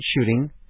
shooting